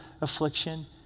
affliction